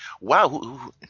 wow